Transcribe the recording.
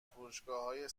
فروشگاههای